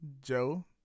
joe